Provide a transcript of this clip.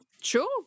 sure